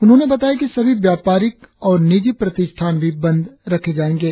उन्होने बताया कि सभी व्यापारिक और निजी प्रतिष्ठान भी बंद रखे जाएंगे